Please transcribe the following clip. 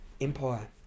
Empire